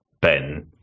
Ben